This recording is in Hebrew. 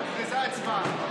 כבר הוכרזה ההצבעה.